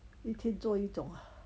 你去做一种